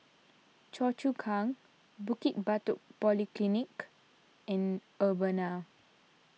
Choa Chu Kang Bukit Batok Polyclinic and Urbana